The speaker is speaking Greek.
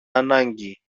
ανάγκη